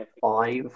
Five